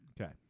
Okay